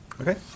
Okay